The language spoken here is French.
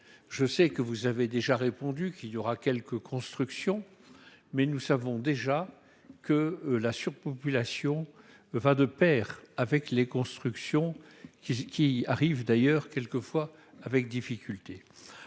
Je sais que vous avez déjà répondu qu'il y aura quelques constructions, mais nous savons déjà que la surpopulation va de pair avec les constructions, qui aboutissent d'ailleurs parfois avec difficulté.